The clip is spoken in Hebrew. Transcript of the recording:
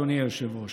אדוני היושב-ראש,